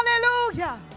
Hallelujah